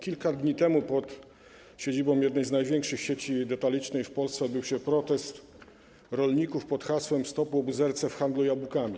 Kilka dni temu pod siedzibą jednej z największych sieci detalicznych w Polsce odbył się protest rolników pod hasłem „Stop łobuzerce w handlu jabłkami”